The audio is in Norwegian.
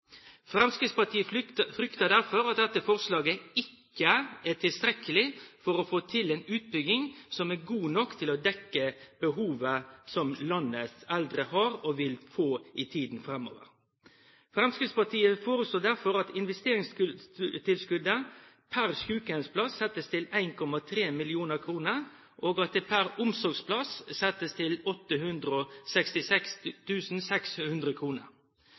Fremskrittspartiet frykter derfor at dette forslaget ikke er tilstrekkelig for å få til en utbygging som er god nok til å dekke behovet som landets eldre har, og vil få i tiden framover. Fremskrittspartiet foreslår derfor at investeringstilskuddet per sykehjemsplass settes til 1,3 mill. kr, og at det per omsorgsplass settes til